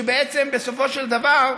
שבעצם בסופו של דבר,